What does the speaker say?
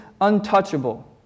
untouchable